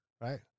right